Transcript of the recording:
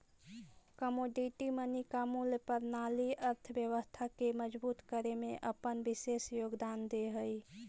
commodity money या मूल्य प्रणाली अर्थव्यवस्था के मजबूत करे में अपन विशेष योगदान दे हई